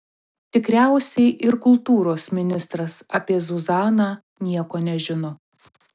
tikriausiai ir kultūros ministras apie zuzaną nieko nežino